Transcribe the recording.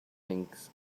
thinks